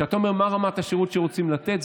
כשאתה אומר מה רמת השירות שרוצים לתת,